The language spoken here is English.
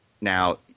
Now